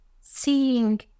seeing